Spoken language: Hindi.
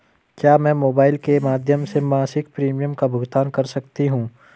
क्या मैं मोबाइल के माध्यम से मासिक प्रिमियम का भुगतान कर सकती हूँ?